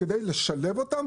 על מנת לשלב אותם.